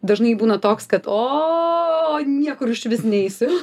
dažnai būna toks kad o niekur išvis neisiu